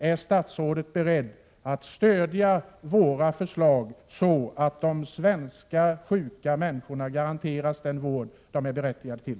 Är statsrådet beredd att stödja våra förslag, så att de svenska sjuka människorna garanteras den vård de är berättigade till?